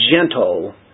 gentle